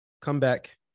Comeback